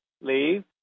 leave